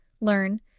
Learn